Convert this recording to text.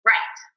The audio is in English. Right